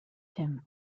him